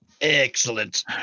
excellent